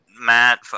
Matt